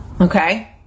Okay